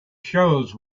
shows